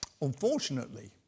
unfortunately